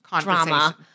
Drama